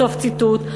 סוף ציטוט.